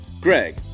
Greg